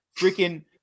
freaking